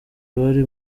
bari